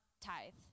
tithe